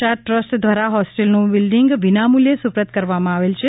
Shah trust દ્વારા હોસ્ટેલનું building વિનામૂલ્ચે સુપ્રત કરવામાં આવેલ છે